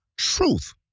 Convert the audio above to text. truth